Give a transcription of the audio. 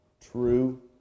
true